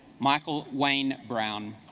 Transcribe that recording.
michael wayne brown